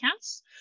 podcasts